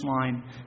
line